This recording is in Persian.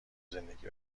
زندگی